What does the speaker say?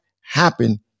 happen